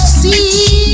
see